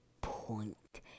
point